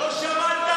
לא שמעת?